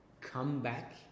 comeback